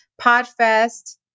Podfest